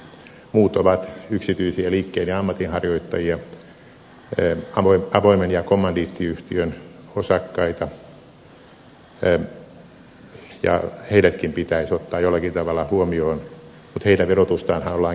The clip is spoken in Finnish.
muut ovat yksityisiä liikkeen ja ammatinharjoittajia avoimen ja kommandiittiyhtiön osakkaita ja heidätkin pitäisi ottaa jollakin tavalla huomioon mutta heidän verotustaanhan ollaan kiristämässä